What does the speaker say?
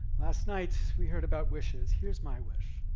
last night, we heard about wishes. here's my wish.